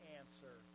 answer